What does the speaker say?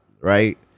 right